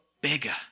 bigger